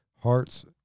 hearts